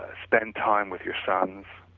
ah spend time with your sons,